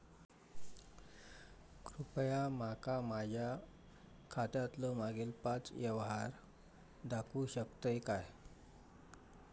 कृपया माका माझ्या खात्यातलो मागील पाच यव्हहार दाखवु शकतय काय?